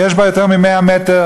יש בה יותר מ-100 מטר,